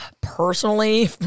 personally